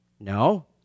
No